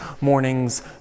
morning's